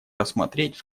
рассмотреть